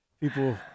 people